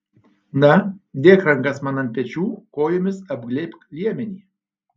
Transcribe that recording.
na dėk rankas man ant pečių kojomis apglėbk liemenį